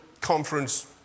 Conference